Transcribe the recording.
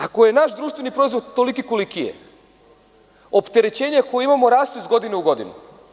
Ako je naš društveni proizvod toliki koliki je, opterećenja koja imamo rastu iz godine u godinu.